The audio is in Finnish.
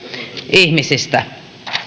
ihmisistä